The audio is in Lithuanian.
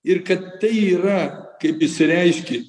ir kad tai yra kaip išsireiškit